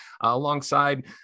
alongside